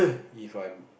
if I'm